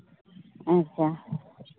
ᱟᱪᱪᱷᱟ